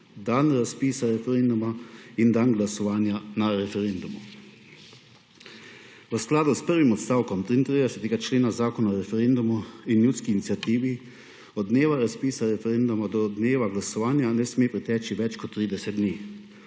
dan razpisa referenduma in dan glasovanja na referendumu. V skladu s prvim odstavkom 33. člena Zakona o referendumu in ljudski iniciativi od dneva razpisa referenduma do dneva glasovanja ne sme preteči manj kot 30 dni